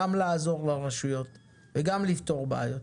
גם לעזור לרשויות וגם לפתור בעיות.